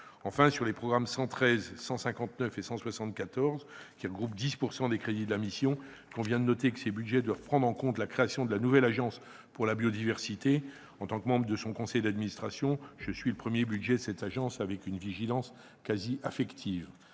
concerne les programmes 113, 159 et 174, regroupant 10 % des crédits de la mission, il convient de noter que ces budgets doivent prendre en compte la création de la nouvelle Agence française pour la biodiversité. En tant que membre du conseil d'administration de cette agence, je suis son premier budget avec une vigilance quasi affective.